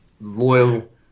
loyal